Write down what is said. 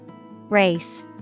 Race